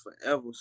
forever